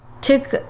took